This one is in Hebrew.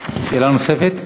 שאלה נוספת?